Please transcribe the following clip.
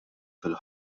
fil